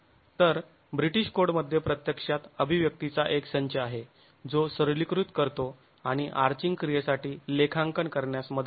तर ब्रिटिश कोडमध्ये प्रत्यक्षात अभिव्यक्तींचा एक संच आहे जो सरलीकृत करतो आणि आर्चिंग क्रियेसाठी लेखांकण करण्यास मदत करतो